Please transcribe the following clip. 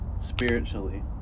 spiritually